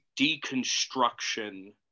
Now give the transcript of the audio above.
deconstruction